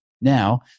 Now